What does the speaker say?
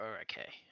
okay